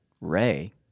Ray